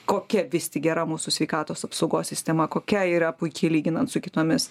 kokia vis tik gera mūsų sveikatos apsaugos sistema kokia yra puiki lyginant su kitomis